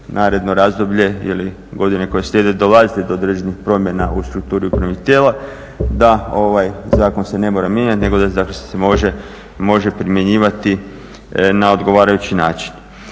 naredno razdoblje ili godine koje slijede, dolaziti do određenih promjena u strukturi upravnih tijela da ovaj se zakon ne mora mijenjati nego tako da se može primjenjivati na odgovarajući način.